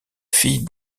fille